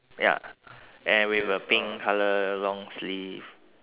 ya and with a pink colour long sleeve